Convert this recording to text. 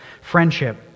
friendship